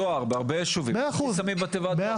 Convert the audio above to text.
בהרבה יישובים לא דופקים לך בדלת אלא שמים לך פתק בתיבת הדואר.